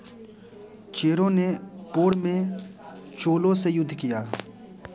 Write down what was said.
चेरों ने पोड़ में चोलों से युद्ध किया